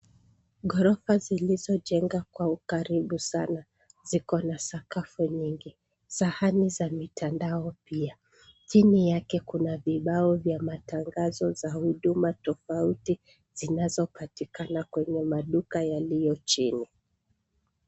Ghorofa zilizo jenga kwa ukaribu sana, zikona sakafu nyingi, sahani za mitandao pia. Chini yake kuna vibao vya matangazo za huduma tofauti zinazopatikana kwenye maduka yaliyo chini.